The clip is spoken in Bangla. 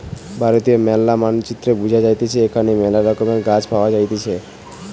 ভারতের ম্যালা মানচিত্রে বুঝা যাইতেছে এখানে মেলা রকমের গাছ পাওয়া যাইতেছে